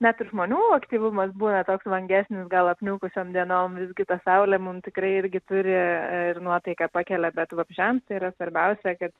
net ir žmonių aktyvumas būna toks vangesnis gal apniukusiom dienom visgi ta saulė mum tikrai irgi turi ir nuotaiką pakelia bet vabzdžiams tai yra svarbiausia kad